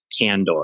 candor